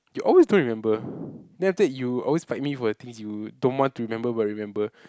you always don't remember then after that you always fight me for the things you don't want to remember but remember